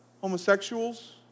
homosexuals